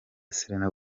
selena